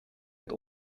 het